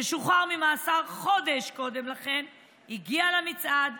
ששוחרר ממאסר חודש לפני כן הגיע למצעד,